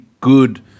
good –